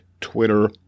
Twitter